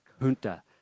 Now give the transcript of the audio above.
junta